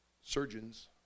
Surgeons